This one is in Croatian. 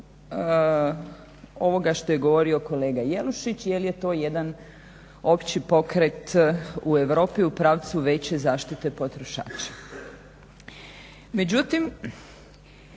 jer to jedan opći pokret u Europi u pravcu veće zaštite potrošača.